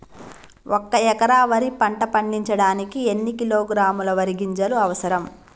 ఒక్క ఎకరా వరి పంట పండించడానికి ఎన్ని కిలోగ్రాముల వరి గింజలు అవసరం?